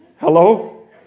Hello